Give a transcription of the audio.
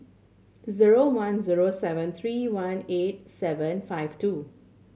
zero one zero seven three one eight seven five two